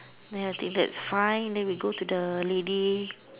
no I think that's find now we go to the lady